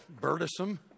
burdensome